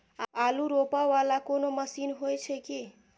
आलु रोपा वला कोनो मशीन हो छैय की?